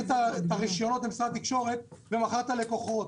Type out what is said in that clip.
את הרישיונות למשרד התקשורת ומכר את הלקוחות.